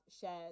shared